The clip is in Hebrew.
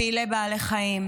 לפעילי בעלי חיים,